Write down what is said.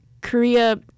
Korea